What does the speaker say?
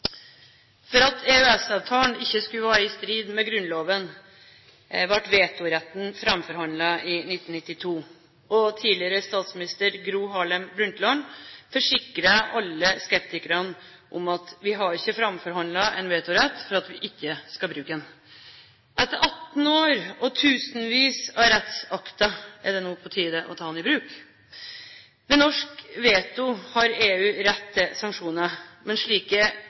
For at EØS-avtalen ikke skulle være i strid med Grunnloven, ble vetoretten framforhandlet i 1992. Tidligere statsminister Gro Harlem Brundtland forsikret alle skeptikere om: «Vi har ikke fremforhandlet en vetorett for ikke å kunne bruke den.» Etter 18 år og tusenvis av rettsakter er det nå på tide å ta den i bruk. Ved norsk veto har EU rett til sanksjoner. Men slike